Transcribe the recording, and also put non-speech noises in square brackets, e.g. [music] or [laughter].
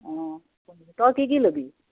অঁ [unintelligible] তই কি কি ল'বি